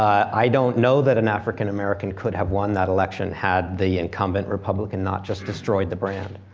i don't know that an african american could have won that election had the incumbent republican not just destroyed the brand.